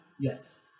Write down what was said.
Yes